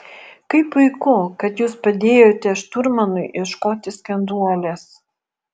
kaip puiku kad jūs padėjote šturmanui ieškoti skenduolės